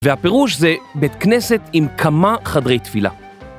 והפירוש זה בית כנסת עם כמה חדרי תפילה.